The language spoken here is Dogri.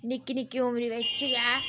निक्की निक्की उमरी बिच्च गै